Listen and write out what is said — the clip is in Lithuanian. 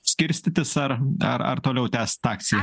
skirstytis ar ar ar toliau tęst akciją